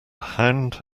hound